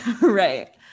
right